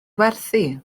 werthu